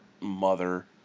mother